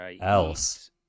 Else